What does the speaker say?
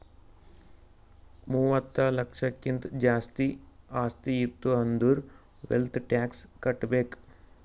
ಮೂವತ್ತ ಲಕ್ಷಕ್ಕಿಂತ್ ಜಾಸ್ತಿ ಆಸ್ತಿ ಇತ್ತು ಅಂದುರ್ ವೆಲ್ತ್ ಟ್ಯಾಕ್ಸ್ ಕಟ್ಬೇಕ್